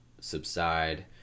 subside